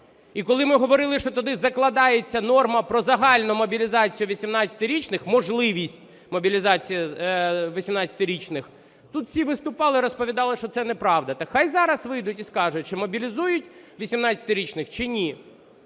І коли ми говорили, що туди закладається норма про загальну мобілізацію 18-річних, можливість мобілізації 18-річних, тут всі виступали і розповідали, що це неправда. Так нехай зараз вийдуть і скажуть, чи мобілізують 18-річних, чи ні.